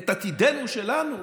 את עתידנו שלנו,